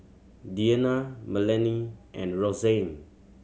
Deanna Melany and Roxanne